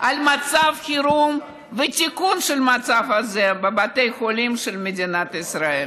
על מצב חירום ותיקון של המצב הזה בבתי חולים של מדינת ישראל.